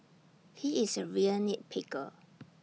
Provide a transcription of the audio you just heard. he is A real nit picker